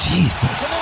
Jesus